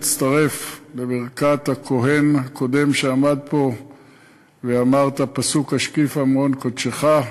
מצטרף לברכת הכוהן הקודם שעמד פה ואמר את הפסוק "השקיפה ממעון קדשך".